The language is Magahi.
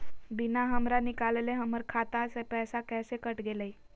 बिना हमरा निकालले, हमर खाता से पैसा कैसे कट गेलई?